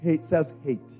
Self-hate